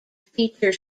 feature